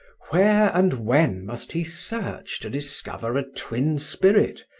where and when must he search to discover a twin spirit,